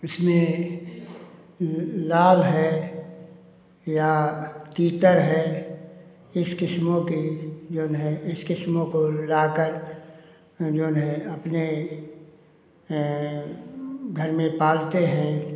इसमें लाभ है या तीतर है इस किस्मों की जऊन है इस किस्मों को लाकर जऊन है अपने ये घर में पालते हैं